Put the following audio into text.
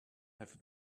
have